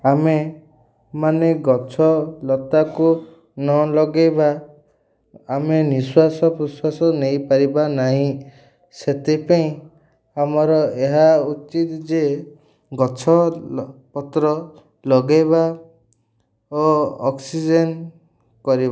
ଆମେ ମାନେ ଗଛ ଲତାକୁ ନ ଲଗେଇବା ଆମେ ନିଶ୍ୱାସ ପ୍ରଶ୍ଵାସ ନେଇପାରିବା ନାହିଁ ସେଥିପାଇଁ ଆମର ଏହା ଉଚିତ ଯେ ଗଛ ପତ୍ର ଲଗେଇବା ଓ ଅକ୍ସିଜେନ୍ କରିବା